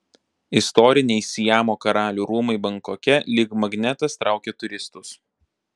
istoriniai siamo karalių rūmai bankoke lyg magnetas traukia turistus